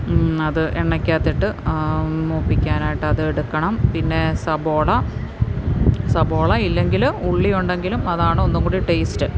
അത് എണ്ണയ്ക്കകത്തിട്ട് മൂപ്പിക്കാനായിട്ട് അത് എടുക്കണം പിന്നേ സബോള സബോള ഇല്ലെങ്കില് ഉള്ളി ഉണ്ടെങ്കിലും അതാണ് ഒന്നുംകൂടി ടേസ്റ്റ്